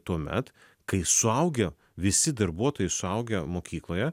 tuomet kai suaugę visi darbuotojai suaugę mokykloje